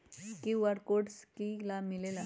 QR code से कि कि लाव मिलेला?